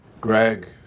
Greg